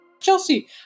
Chelsea